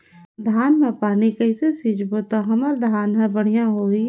धान मा पानी कइसे सिंचबो ता हमर धन हर बढ़िया होही?